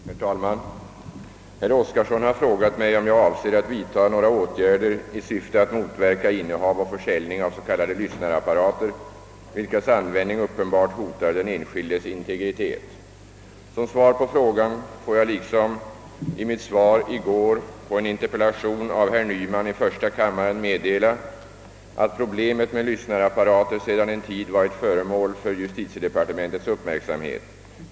Herr talman! Herr Oskarson har frågat mig, om jag avser att vidtaga några åtgärder i syfte att motverka innehav och försäljning av s.k. lyssnarapparater, vilkas användning uppenbart hotar den enskildes integritet. Som svar på frågan får jag liksom i mitt svar i går i första kammaren på herr Nymans interpellation meddela, att problemet med lyssnarapparater sedan en tid varit föremål för justitiedepartementets uppmärksamhet.